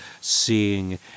seeing